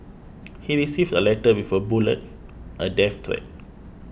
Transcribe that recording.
he received a letter with a bullet a death threat